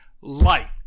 light